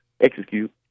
execute